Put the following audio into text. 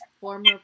former